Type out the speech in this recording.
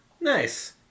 Nice